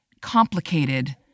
complicated